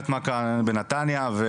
שלכם בנתניה,